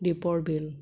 দীপৰ বিল